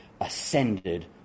ascended